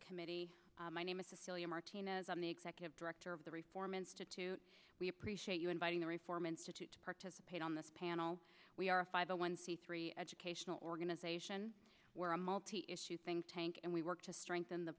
committee my name is to celia martinez i'm the executive director of the reform institute we appreciate you inviting the reform institute to participate on this panel we are a five one c three educational organization we're a multi issue think tank and we work to strengthen the